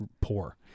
poor